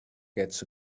gets